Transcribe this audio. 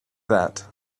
that